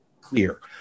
clear